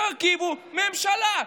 תרכיבו ממשלה.